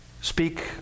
speak